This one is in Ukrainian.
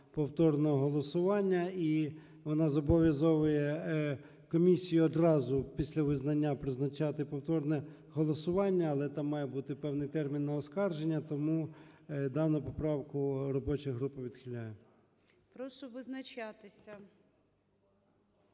повторного голосування, і вона зобов'язує комісію одразу після визнання призначати повторне голосування. Але там має бути певний термін на оскарження, тому дану поправку робоча група відхиляє. ГОЛОВУЮЧИЙ. Прошу визначатися.